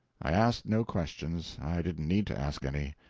i asked no questions i didn't need to ask any.